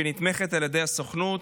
הנתמכת על ידי הסוכנות.